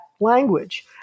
language